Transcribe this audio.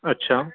अच्छा